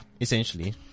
Essentially